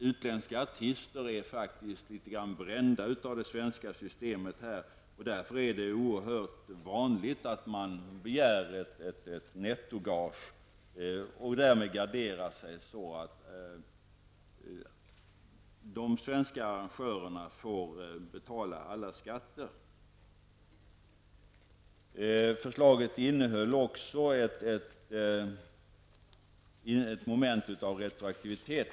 Utländska artister är faktiskt litet grand brända av det svenska systemet, och det är därför oerhört vanligt att man begär ett nettogage för att därmed gardera sig på så sätt att de svenska arrangörerna får betala alla skatter. Förslaget innehöll också ett moment av retroaktivitet.